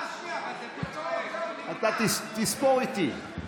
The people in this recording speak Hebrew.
מה שנייה, תספור איתי.